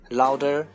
louder